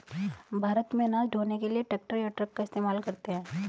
भारत में अनाज ढ़ोने के लिए ट्रैक्टर या ट्रक का इस्तेमाल करते हैं